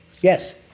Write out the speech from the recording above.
Yes